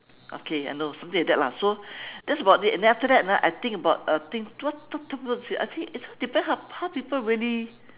okay I know something like that lah so that's about it and then after that ah I think about uh think what what what to say actually it depend how how people really